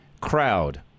crowd